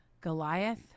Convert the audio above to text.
Goliath